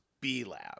B-Lab